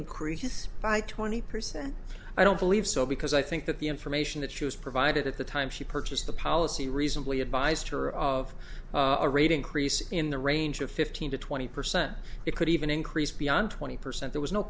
increase by twenty percent i don't believe so because i think that the information that she was provided at the time she purchased the policy reasonably advised her of a rate increase in the range of fifteen to twenty percent it could even increase beyond twenty percent there was no